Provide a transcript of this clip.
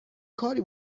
کاری